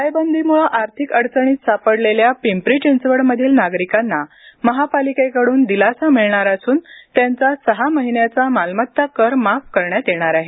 टाळेबंदीमुळे आर्थिक अडचणीत सापडलेल्या पिंपरी चिंचवड मधील नागरिकांना महापालिकेकड्रन दिलासा मिळणार असून त्यांचा सहा महिन्याचा मालमत्ता कर माफ करण्यात येणार आहे